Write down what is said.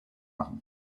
machen